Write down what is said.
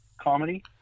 comedy